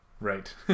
Right